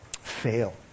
fail